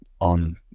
on